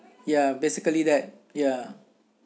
ya basically that ya